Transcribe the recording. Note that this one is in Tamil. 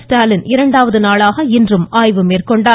ஸ்டாலின் இரண்டாவது நாளாக இன்றும் ஆய்வு மேற்கொண்டார்